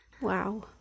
Wow